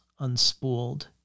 unspooled